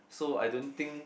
so I don't think